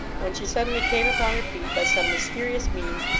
when she suddenly came upon her feet by some mysterious means,